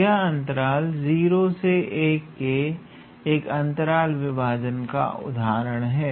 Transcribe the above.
यह अंतराल 01 के एक अंतराल विभाजन का उदाहरण है